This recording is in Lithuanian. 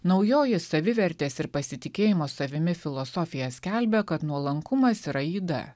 naujoji savivertės ir pasitikėjimo savimi filosofija skelbia kad nuolankumas yra yda